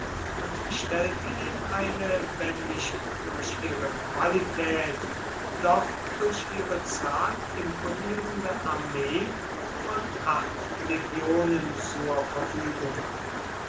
und stellte ihm eine wenn nicht durch ihre qualität doch durch ihre zahl imponierende armee von acht legionen zur verfügung